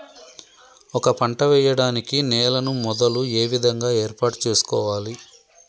ఒక పంట వెయ్యడానికి నేలను మొదలు ఏ విధంగా ఏర్పాటు చేసుకోవాలి?